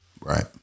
Right